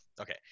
Okay